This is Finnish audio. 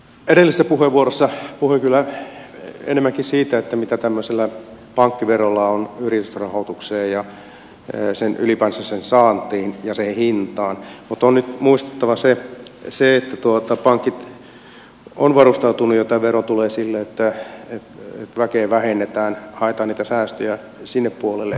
edellisessä puheenvuorossa puhuin kyllä enemmänkin siitä mitä vaikutusta tämmöisellä pankkiverolla on yritysrahoitukseen ja ylipäänsä sen saantiin ja hintaan mutta on nyt muistettava se että pankit ovat varustautuneet ja tämä vero tulee sillä että väkeä vähennetään ja haetaan niitä säästöjä sinne puolelle